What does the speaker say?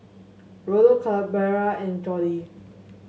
Rollo Clarabelle and Jordi